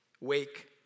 Wake